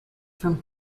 from